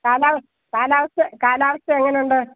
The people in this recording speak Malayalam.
കാലവസ്ഥ കാലാവസ്ഥ എങ്ങനെ ഉണ്ട്